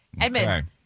Edmund